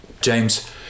James